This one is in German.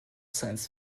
science